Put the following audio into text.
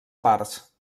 parts